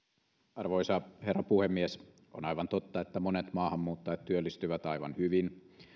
arvoisa herra puhemies on aivan totta että monet maahanmuuttajat työllistyvät aivan hyvin